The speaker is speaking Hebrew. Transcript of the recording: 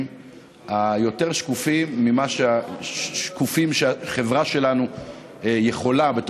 היותר-שקופים משקופים שהחברה שלנו יכולה לייצר,